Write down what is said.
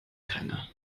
keiner